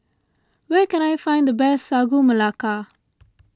where can I find the best Sagu Melaka